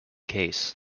case